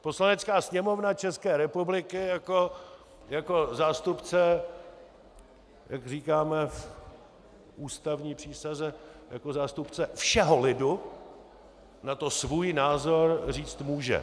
Poslanecká sněmovna České republiky jako zástupce, jak říkáme v ústavní přísaze, jako zástupce všeho lidu, na to svůj názor říct může.